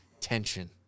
tension